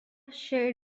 che